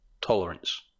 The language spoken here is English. Tolerance